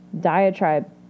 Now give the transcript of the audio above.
diatribe